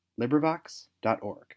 LibriVox.org